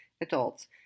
adults